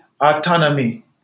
autonomy